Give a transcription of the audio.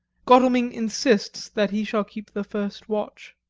godalming insists that he shall keep the first watch.